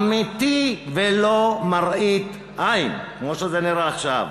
אמיתי, ולא מראית עין כמו שזה נראה עכשיו,